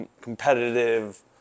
competitive